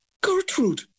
Gertrude